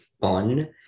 fun